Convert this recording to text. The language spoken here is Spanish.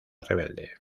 rebelde